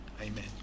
Amen